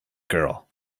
girl